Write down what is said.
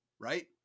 Right